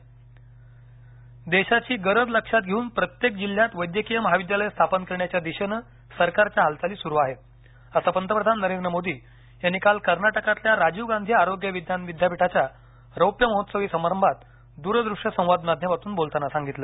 medical college देशाची गरज लक्षात घेऊन प्रत्येक जिल्ह्यात वैद्यकीय महाविद्यालय स्थापन करण्याच्या दिशेनं सरकारच्या हालचाली सुरू आहेत असं पंतप्रधान नरेंद्र मोदी यांनी काल कर्नाटकातल्या राजीव गांधी आरोग्य विज्ञान विद्यापीठाच्या रौप्यमहोत्सवी समारंभात दूरदृश्य संवाद माध्यमातून बोलताना सांगितलं